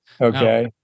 Okay